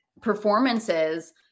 performances